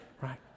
right